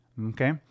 okay